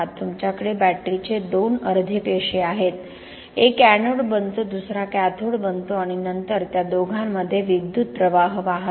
तुमच्याकडे बॅटरीचे दोन अर्धे पेशी आहेत एक एनोड बनतो दुसरा कॅथोड बनतो आणि नंतर त्या दोघांमध्ये विद्युत प्रवाह वाहतो